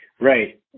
Right